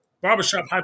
Barbershop